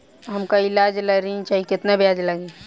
हमका ईलाज ला ऋण चाही केतना ब्याज लागी?